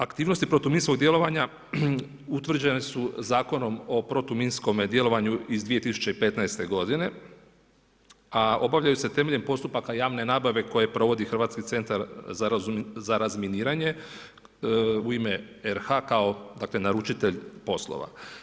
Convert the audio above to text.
Aktivnosti protuminskog djelovanja utvrđene su Zakonom o protuminskome djelovanju iz 2015. godine, a obavljaju se temeljem postupaka javne nabave koje provodi Hrvatski centar za razminiranje u ime RH kao dakle naručitelj poslova.